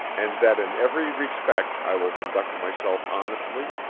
and that in every respect i will conduct myself honestly,